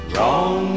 Wrong